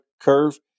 curve